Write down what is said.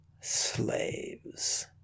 Slaves